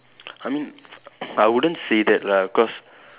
I mean I wouldn't say that lah cause